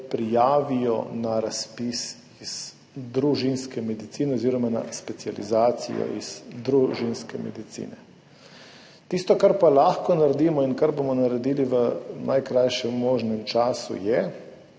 prijavijo na razpis za specializacijo iz družinske medicine. Tisto, kar pa lahko naredimo in kar bomo naredili v najkrajšem možnem času, je,